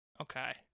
Okay